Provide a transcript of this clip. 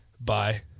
Bye